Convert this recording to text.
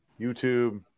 YouTube